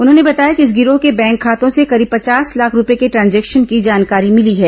उन्होंने बताया कि इस गिरोह के बैंक खातों से करीब पचास लाख रूपये के ट्रांजेक्शन की जानकारी मिली है